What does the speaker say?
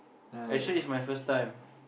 actually it's my first time